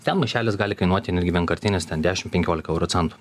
ten maišelis gali kainuoti netgi vienkartinis dešim penkiolika euro centų